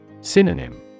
Synonym